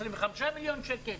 25 מיליון שקל,